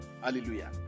Hallelujah